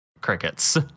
Crickets